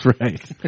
right